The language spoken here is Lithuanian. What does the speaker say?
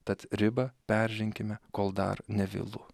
tad ribą perženkime kol dar nevėlu